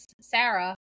Sarah